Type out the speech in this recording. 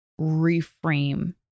reframe